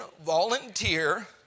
volunteer